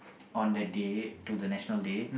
on that date to the National Day